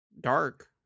dark